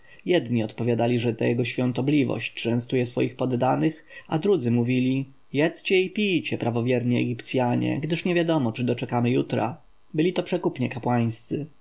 jedni odpowiadali że to jego świątobliwość częstuje swoich poddanych a drudzy mówili jedzcie i pijcie prawowierni egipcjanie gdyż niewiadomo czy doczekamy jutra byli to przekupnie